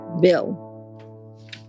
Bill